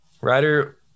Ryder